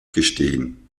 gestehen